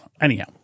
Anyhow